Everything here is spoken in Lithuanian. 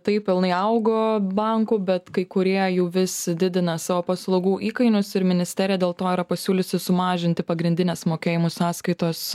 taip pelnai augo bankų bet kai kurie jų vis didina savo paslaugų įkainius ir ministerija dėl to yra pasiūliusi sumažinti pagrindinės mokėjimų sąskaitos